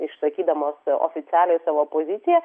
išsakydamos oficialiai savo poziciją